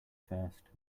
first